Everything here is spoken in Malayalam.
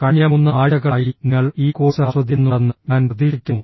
കഴിഞ്ഞ 3 ആഴ്ചകളായി നിങ്ങൾ ഈ കോഴ്സ് ആസ്വദിക്കുന്നുണ്ടെന്ന് ഞാൻ പ്രതീക്ഷിക്കുന്നു